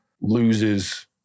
loses